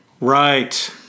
Right